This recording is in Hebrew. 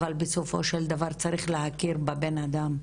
אבל בסופו של דבר צריך להכיר בבן אדם,